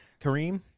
Kareem